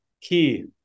key